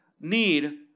need